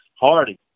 Hardy